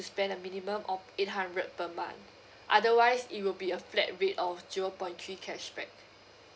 spend a minimum of eight hundred per month otherwise it will be a flat rate of zero point three cashback